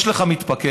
יש לך מתפקד,